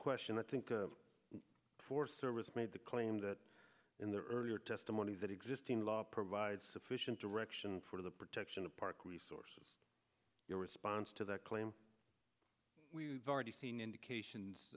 question i think the forest service made the claim that in the earlier testimony that existing law provides sufficient direction for the protection of park resources your response to that claim we already seen indications